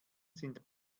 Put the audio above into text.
sind